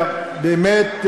באמת,